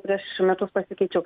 prieš metus pasikeičiau